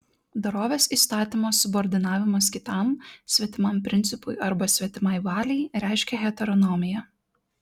dorovės įstatymo subordinavimas kitam svetimam principui arba svetimai valiai reiškia heteronomiją